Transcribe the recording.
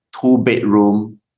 two-bedroom